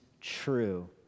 true